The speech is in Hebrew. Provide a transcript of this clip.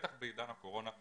בטח בעידן הקורונה,